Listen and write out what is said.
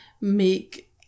make